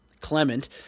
Clement